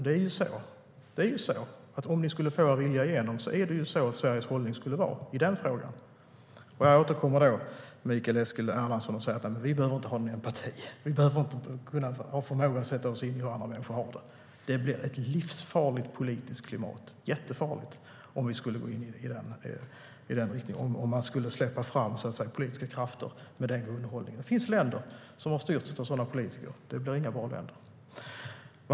Det är så Sveriges hållning i denna fråga skulle vara om ni fick er vilja igenom, Mikael Eskilandersson. Nu säger Mikael Eskilandersson att vi inte behöver ha någon empati och att vi inte behöver ha förmågan att sätta oss in i hur andra människor har det. Det blir ett livsfarligt politiskt klimat. Det är jättefarligt att släppa fram politiska krafter med den grundhållningen. Det finns länder som har styrts av sådana politiker, och det blir inga bra länder.